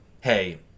hey